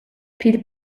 pil